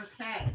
Okay